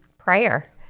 prayer